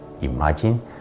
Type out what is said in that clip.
Imagine